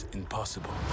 impossible